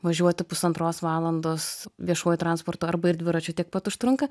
važiuoti pusantros valandos viešuoju transportu arba ir dviračiu tiek pat užtrunka